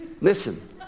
Listen